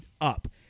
Up